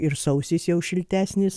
ir sausis jau šiltesnis